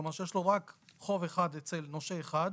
כלומר שיש לו רק חוב אחד אצל נושה אחד.